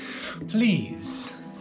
Please